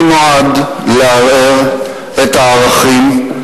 הוא נועד לערער את הערכים,